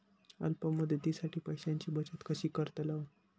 अल्प मुदतीसाठी पैशांची बचत कशी करतलव?